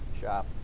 shop